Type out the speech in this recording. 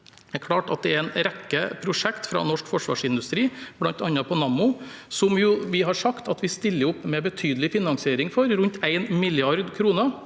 ut, er klart at det er en rekke prosjekter fra norsk forsvarsindustri – bl.a. på Nammo – som vi har sagt at vi stiller opp med betydelig finansiering for, rundt 1 mrd. kr.